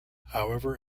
however